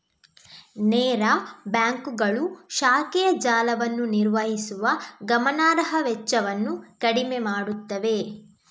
ನೇರ ಬ್ಯಾಂಕುಗಳು ಶಾಖೆಯ ಜಾಲವನ್ನು ನಿರ್ವಹಿಸುವ ಗಮನಾರ್ಹ ವೆಚ್ಚವನ್ನು ಕಡಿಮೆ ಮಾಡುತ್ತವೆ